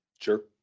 Sure